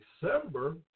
December